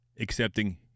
Accepting